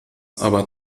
aber